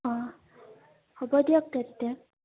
অঁ হ'ব দিয়ক তেতিয়া